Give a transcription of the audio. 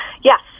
yes